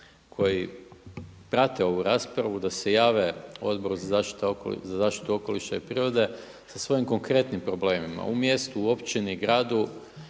koji prate ovu raspravu da se jave Odboru za zaštitu okoliša i prirode sa svojim konkretnim problemima u mjestu, u općini, gradu.